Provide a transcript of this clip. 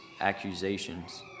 accusations